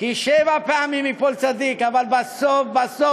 כי שבע פעמים ייפול צדיק, אבל בסוף-בסוף